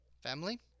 family